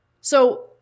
So-